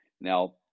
Now